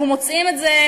אנחנו מוצאים את זה,